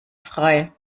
frei